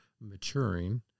maturing